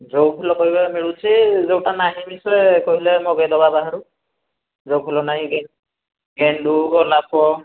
ଯେଉଁ ଫୁଲ କହିବେ ମିଳୁଛି ଯୋଉଟା ନାହିଁ ବି ସେ କହିଲେ ସେଇଟା ମଗାଇଦେବା ବାହାରୁ ଯେଉଁ ଫୁଲ ନାହିଁ ଗେଣ୍ଡୁ ଗୋଲାପ